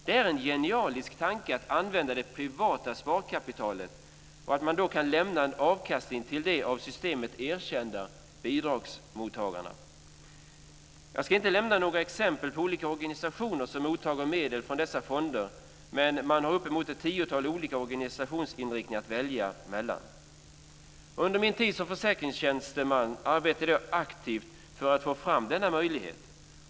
Det är en genialisk tanke att använda det privata sparkapitalet och att man kan lämna en avkastning till de av systemet erkända bidragsmottagarna. Jag ska inte lämna några exempel på organisationer som mottar medel från dessa fonder, men man har uppemot ett tiotal olika organisationsinriktningar att välja mellan. Under min tid som försäkringstjänsteman arbetade jag aktivt för att få fram denna möjlighet.